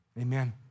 Amen